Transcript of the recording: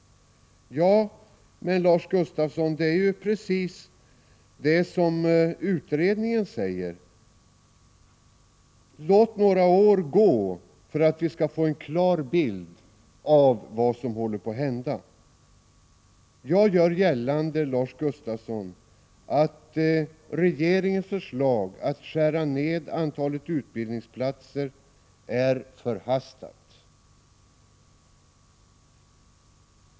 Men, Lars Gustafsson, det är ju precis det som utredningen säger, nämligen att man skall låta några år gå för att man skall få en klar bild av vad som håller på att hända. Jag gör gällande, Lars Gustafsson, att regeringens förslag att skära ned antalet utbildningsplatser är förhastat.